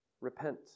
Repent